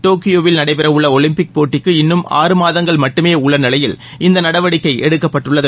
டோக்கியோவில் நடைபெறவுள்ள ஒலிம்பிக் போட்டிக்கு இன்னும் ஆறு மாதங்கள் மட்டுமே உள்ள நிலையில் இந்த நடவடிக்கை எடுக்கப்பட்டுள்ளது